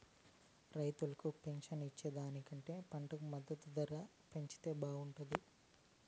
రైతులకు పెన్షన్ ఇచ్చే దానికంటే పంటకు మద్దతు ధర పెంచితే బాగుంటాది